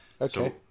Okay